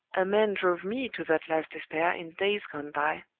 a man drove me to that last despair in days gone by.